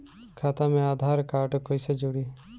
खाता मे आधार कार्ड कईसे जुड़ि?